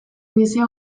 indizea